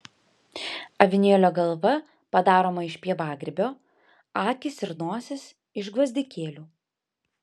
avinėlio galva padaroma iš pievagrybio akys ir nosis iš gvazdikėlių